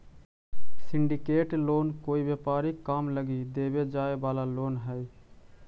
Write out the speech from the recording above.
syndicated loan कोई व्यापारिक काम लगी देवे जाए वाला लोन हई